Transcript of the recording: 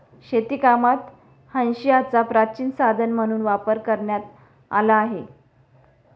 शेतीकामात हांशियाचा प्राचीन साधन म्हणून वापर करण्यात आला आहे